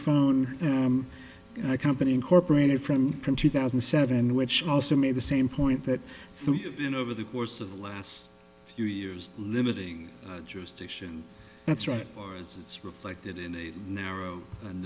phone company incorporated from from two thousand and seven which also made the same point that threw in over the course of the last few years limiting jurisdiction that's right hours it's reflected in a narrow and